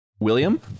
William